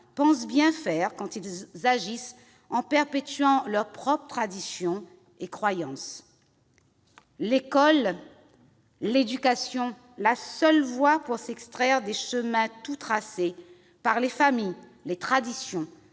pensent bien faire quand ils agissent en perpétuant leurs propres traditions et croyances ... L'école, l'éducation, est la seule voie pour s'extraire des chemins tout tracés par les familles, les traditions